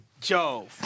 Joe